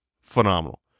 Phenomenal